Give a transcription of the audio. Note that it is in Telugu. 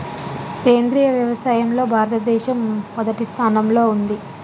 సేంద్రియ వ్యవసాయంలో భారతదేశం మొదటి స్థానంలో ఉంది